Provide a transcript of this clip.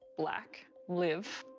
black. live.